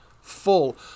full